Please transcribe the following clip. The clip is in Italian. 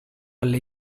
alle